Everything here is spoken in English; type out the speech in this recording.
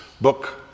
book